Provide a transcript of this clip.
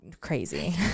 crazy